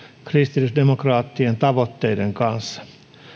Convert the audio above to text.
kristillisdemokraattien tavoitteiden kanssa